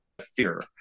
fear